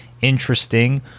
interesting